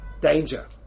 danger